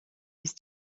ist